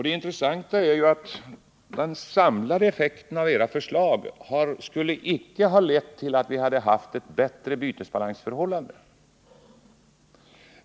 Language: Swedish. Det intressanta är också att den samlade effekten av era förslag, om de genomförts, icke skulle ha lett till att vi hade fått ett bättre bytesbalansförhållande.